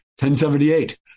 1078